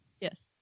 Yes